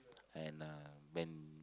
and uh when